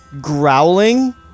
growling